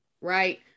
right